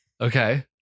Okay